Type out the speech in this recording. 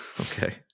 Okay